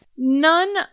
None